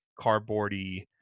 cardboardy